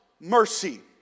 mercy